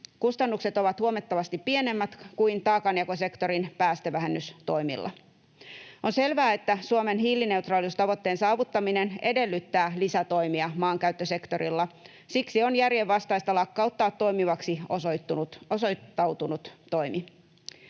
Kustannukset ovat huomattavasti pienemmät kuin taakanjakosektorin päästövähennystoimilla. On selvää, että Suomen hiilineutraalisuustavoitteen saavuttaminen edellyttää lisätoimia maankäyttösektorilla, siksi on järjenvastaista lakkauttaa toimivaksi osoittautunut toimi.